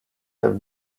have